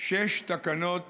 תקנות